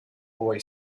boy